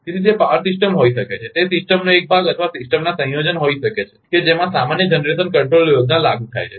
તેથી તે power system હોઈ શકે છે તે સિસ્ટમનો એક ભાગ અથવા સિસ્ટમમાં સંયોજન હોઈ શકે છે કે જેમાં સામાન્ય જનરેશન કંટ્રોલ યોજના લાગુ થાય છે